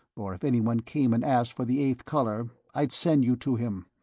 or if anyone came and asked for the eighth color, i'd send you to him.